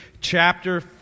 chapter